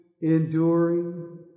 enduring